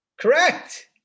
Correct